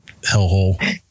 hellhole